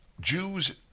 Jews